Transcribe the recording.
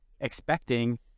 expecting